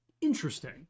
Interesting